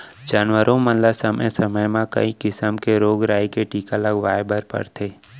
जानवरों मन ल समे समे म कई किसम के रोग राई के टीका लगवाए बर परथे